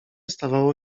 stawało